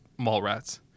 Mallrats